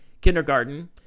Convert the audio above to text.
kindergarten